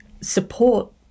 support